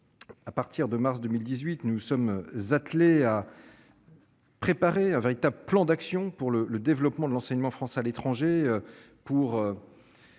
partir de mars 2018 nous sommes attelés à. Préparer un véritable plan d'action pour le développement de l'enseignement français à l'étranger pour